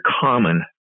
common